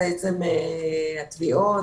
התביעות,